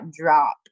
drop